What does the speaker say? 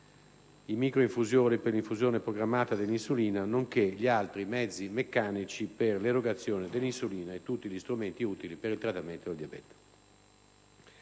i microinfusori per l'infusione programmata dell'insulina, nonché gli altri mezzi meccanici per l'erogazione dell'insulina e tutti gli strumenti utili per il trattamento del diabete.